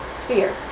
sphere